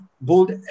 bold